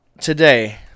today